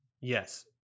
Yes